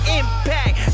impact